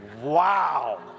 Wow